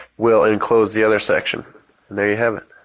will enclose the other section. and there you have it.